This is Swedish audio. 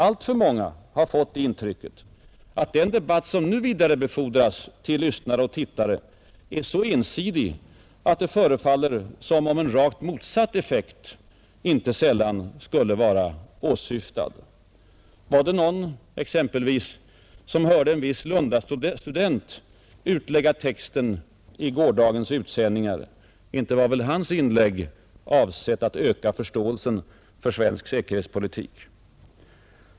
Alltför många har fått det intrycket att den debatt som nu vidarebefordras till lyssnare och tittare är så ensidig att det förefaller som om en rakt motsatt effekt inte sällan skulle vara åsyftad. Var det exempelvis någon som hörde en viss lundadocent utlägga texten i gårdagens utsändningar? Inte var väl hans inlägg avsett att öka förståelsen för svensk säkerhetspolitik!